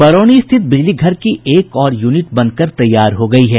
बरौनी स्थित बिजली घर की एक और यूनिट बनकर तैयार हो गयी है